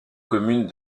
communes